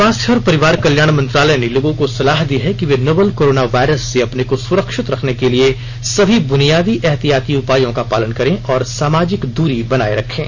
स्वास्थ्य और परिवार कल्याण मंत्रालय ने लोगों को सलाह दी है कि वे नोवल कोरोना वायरस से अपने को सुरक्षित रखने के लिए सभी बुनियादी एहतियाती उपायों का पालन करें और सामाजिक दूरी बनाए रखें